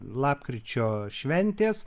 lapkričio šventės